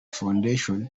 foundation